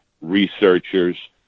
researchers